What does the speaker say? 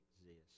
exist